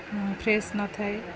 fresh ନଥାଏ